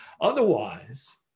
Otherwise